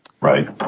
Right